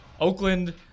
Oakland